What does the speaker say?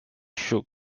shook